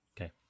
Okay